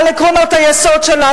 על עקרונות היסוד שלה,